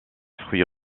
fruits